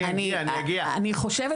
אני אגיע, רגע,